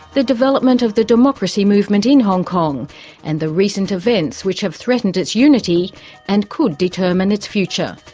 the development of the democracy movement in hong kong and the recent events which have threatened its unity and could determine its future.